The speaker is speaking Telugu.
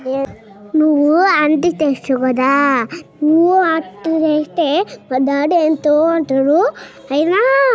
కర్ర నాగలి మంచిదా లేదా? ఇనుప గొర్ర?